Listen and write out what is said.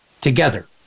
together